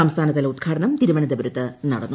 സംസ്ഥാനതല ഉദ്ഘാടനം തിരുവനന്തപുരത്ത് നടന്നു